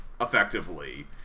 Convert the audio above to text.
effectively